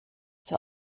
zur